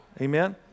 Amen